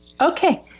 Okay